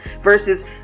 versus